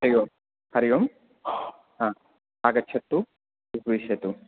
हरिः ओं हरिः ओं आगच्छतु उपविशतु